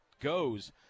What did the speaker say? goes